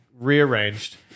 rearranged